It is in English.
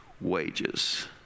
wages